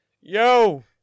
Yo